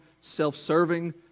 self-serving